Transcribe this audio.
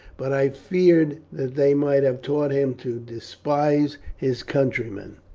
but i feared that they might have taught him to despise his countrymen.